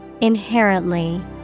Inherently